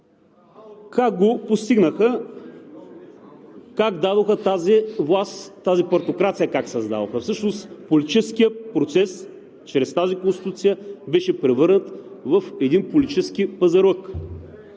Как го постигнаха? Как дадоха тази власт? Тази партокрация как създадоха? Всъщност политическият процес чрез тази Конституция беше превърнат в един политически пазарлък.